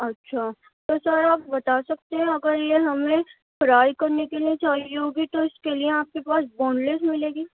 اچھا تو سر آپ بتا سکتے ہیں اگر یہ ہمیں فرائی کرنے کے لیے چاہیے ہوگی تو اس کے لیے آپ کے پاس بون لیس ملے گی